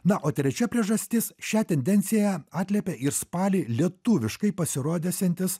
na o trečia priežastis šią tendenciją atliepia ir spalį lietuviškai pasirodysiantis